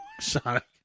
Sonic